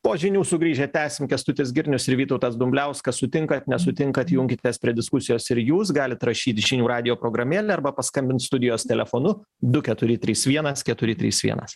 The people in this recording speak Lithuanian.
po žinių sugrįžę tęsim kęstutis girnius ir vytautas dumbliauskas sutinkat nesutinkat junkitės prie diskusijos ir jūs galit rašyt į žinių radijo programėlę arba paskambint studijos telefonu du keturi trys vienas keturi trys vienas